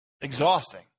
Exhausting